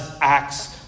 acts